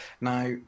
Now